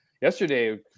yesterday